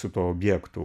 su tuo objektu